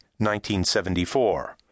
1974